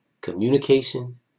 communication